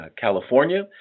California